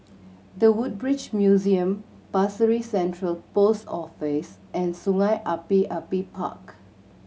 The Woodbridge Museum Pasir Ris Central Post Office and Sungei Api Api Park